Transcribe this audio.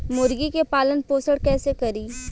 मुर्गी के पालन पोषण कैसे करी?